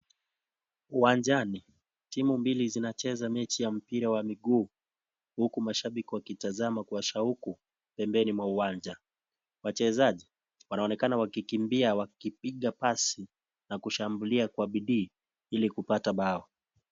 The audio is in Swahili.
Uwanjani, timu mbili zinacheza mechi ya mpira wa miguu huku mashabiki wakitazama kwa shauku pembeni mwa uwanja, wachezaji, wanaonekana wakikimbia wakipiga pasi na kushambulia kwa bidii ili kupata bao.